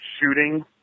shooting